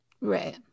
right